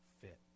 fit